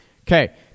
Okay